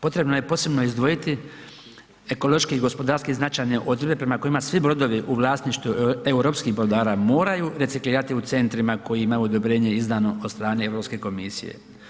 Potrebno je posebno izdvojiti ekološki gospodarski značajne odredbe na kojima svi brodovi u vlasništvu europskih brodara moraju reciklirati u centrima koji imaju odobrenje izdano od strane Europske komisije.